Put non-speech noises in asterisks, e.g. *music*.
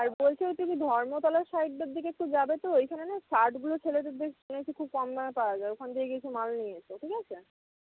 আর বলছি ওই তুমি ধর্মতলার সাইডটার দিকে একটু যাবেতো ওইখানে না শার্টগুলো ছেলেদের বেশ *unintelligible* খুব কম দামে পাওয়া যায় ওইখান থেকে কিছু মাল নিয়ে এসো ঠিক আছে